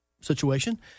situation